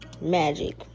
Magic